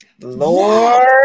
Lord